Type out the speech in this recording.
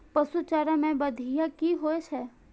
पशु चारा मैं बढ़िया की होय छै?